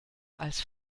als